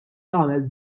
jagħmel